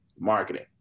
marketing